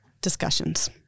discussions